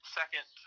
second